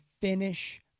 finish